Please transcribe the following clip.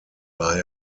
war